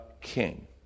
king